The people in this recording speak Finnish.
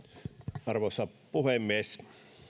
arvoisa puhemies